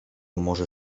może